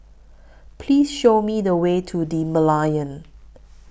Please Show Me The Way to The Merlion